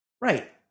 Right